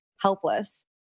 helpless